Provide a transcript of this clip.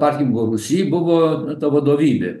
parkingo rūsy buvo nu ta vadovybė